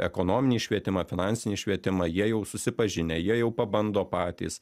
ekonominį švietimą finansinį švietimą jie jau susipažinę jie jau pabando patys